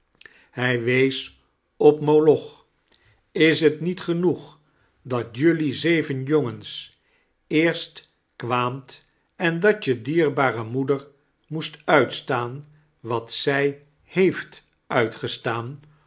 hij wees op moloch is t niet genoeg dat jullie zeven jongens eerst kwaamt en dat je dierbare moeder moest uitstaah wat zij heeft uitgestaan